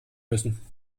müssen